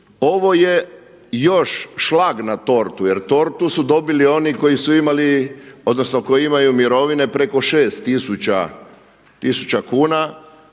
Ovo je još šlag na tortu, jer tortu su dobili oni koji imali, odnosno koji imaju